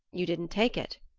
you didn't take it?